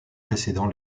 précédant